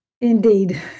Indeed